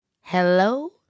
Hello